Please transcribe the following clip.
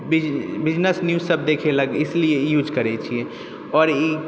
business news सब देखेलक इसलिए यूज करै छियै आओर ई